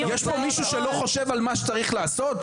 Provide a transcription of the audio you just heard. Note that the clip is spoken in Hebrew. יש פה מישהו שחושב שזה לא מה שצריך לעשות?